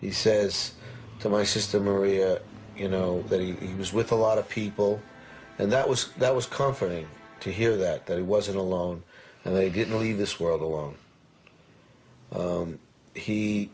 he says to my sister maria you know that he was with a lot of people and that was that was comforting to hear that that he wasn't alone and they didn't leave this world alone